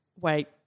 Wait